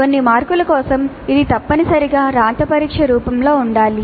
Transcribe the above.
కొన్ని మార్కుల కోసం ఇది తప్పనిసరిగా రాత పరీక్ష రూపంలో ఉండాలి